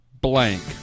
blank